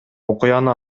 окуяны